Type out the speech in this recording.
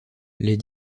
les